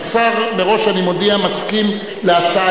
אני מודיע מראש שהשר מסכים להצעה